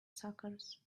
suckers